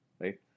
right